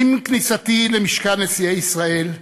עם כניסתי למשכן נשיאי ישראל,